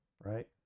right